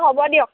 হ'ব দিয়ক